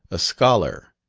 a scholar,